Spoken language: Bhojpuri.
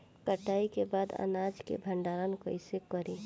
कटाई के बाद अनाज का भंडारण कईसे करीं?